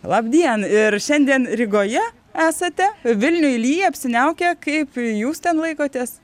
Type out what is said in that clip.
labdien ir šiandien rygoje esate vilniuj lyja apsiniaukę kaip jūs ten laikotės